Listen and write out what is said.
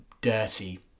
dirty